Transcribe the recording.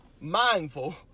mindful